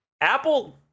apple